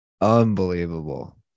Unbelievable